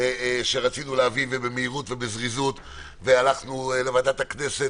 שרצינו להעביר במהירות ובזריזות והלכנו לוועדת הכנסת